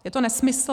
Je to nesmysl.